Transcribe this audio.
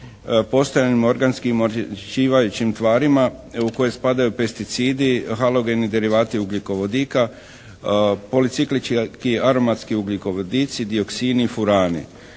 postojanim organskim onečišćivajućim tvarima u koje spadaju pesticidi, halogeni derivati ugljikovodika, policiklički aromatski ugljikovodici, dioksini i furani.